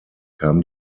kam